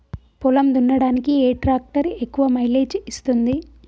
పొలం దున్నడానికి ఏ ట్రాక్టర్ ఎక్కువ మైలేజ్ ఇస్తుంది?